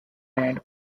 and